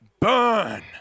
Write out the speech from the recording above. Burn